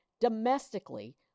domestically